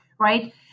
right